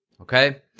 Okay